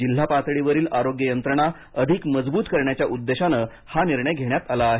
जिल्हा पातळीवरील आरोग्य यंत्रणा अधिक मजबूत करण्याच्या उद्देशानं हा निर्णय घेण्यात आला आहे